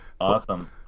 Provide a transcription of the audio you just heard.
awesome